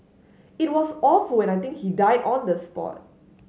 it was awful and I think he died on the spot